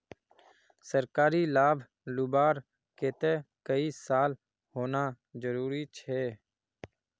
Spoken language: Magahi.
सरकारी लाभ लुबार केते कई साल होना जरूरी छे?